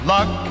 Luck